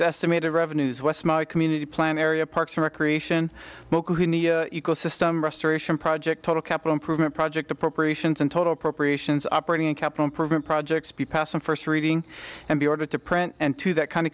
to estimated revenues wes my community plan area parks and recreation ecosystem restoration project total capital improvement project appropriations and total appropriations operating capital improvement projects be passed on first reading and be ordered to print and to that kind of